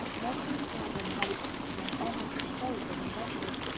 mercury told him how the instrument on which he played was invented.